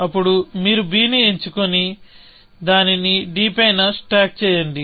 అప్పుడు మీరు b ని ఎంచుకొని దానిని d పైన స్టాక్ చేయండి